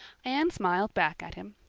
anne smiled back at him.